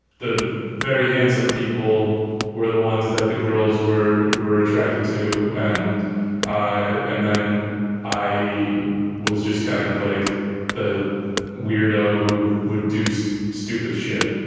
the very handsome people were the ones that the girls were were attracted to. and and then i was just kind of like the weirdo who would do so stupid shit